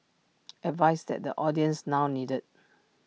advice that the audience now needed